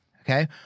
Okay